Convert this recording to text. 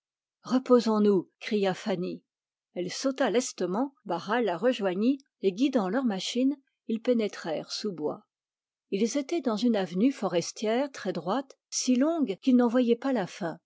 forêt reposons-nous cria fanny elle sauta lestement barral la rejoignit et guidant leurs machines ils pénétrèrent sous bois ils étaient dans une avenue forestière très droite si longue qu'ils n'en voyaient pas la fin